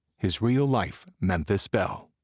his real life memphis belle,